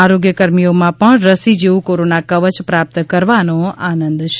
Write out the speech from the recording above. આરોગ્ય કર્મીઓ માં પણ રસી જેવું કોરોના કવચ પ્રાપ્ત કરવાનો આનંદ છે